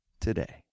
today